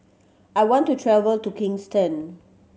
I want to travel to Kingston